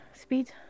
speed